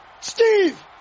Steve